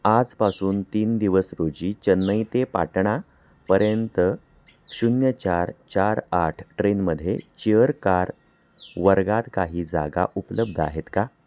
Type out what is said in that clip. आजपासून तीन दिवस रोजी चेन्नई ते पाटणापर्यंत शून्य चार चार आठ ट्रेनमध्ये चेअर कार वर्गात काही जागा उपलब्ध आहेत का